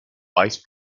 vice